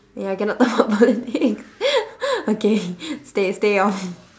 ya cannot talk about politic okay stay stay off